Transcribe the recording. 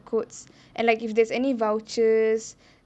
codes and like if there's any vouchers